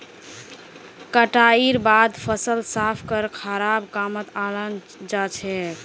कटाईर बादे फसल साफ करे खाबार कामत अनाल जाछेक